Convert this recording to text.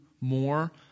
more